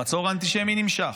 המצור האנטישמי נמשך.